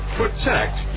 protect